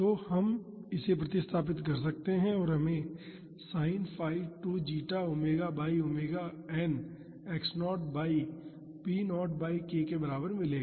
तो हम इसे प्रतिस्थापित कर सकते हैं और हमें sin 𝜙 2 zeta omega by omega n x0 by po by k के बराबर मिलेगा